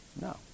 No